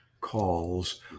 calls